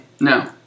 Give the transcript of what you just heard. No